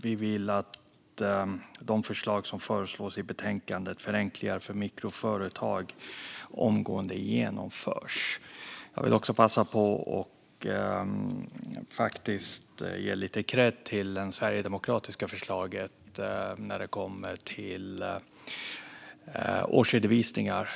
Vi vill att de förslag som tas upp i betänkandet Förenklingar för mikroföretag omgående genomförs. Jag vill också passa på och ge lite kredd till det sverigedemokratiska förslaget om årsredovisningar.